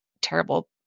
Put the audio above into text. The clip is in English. terrible